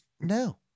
no